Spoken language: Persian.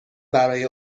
برای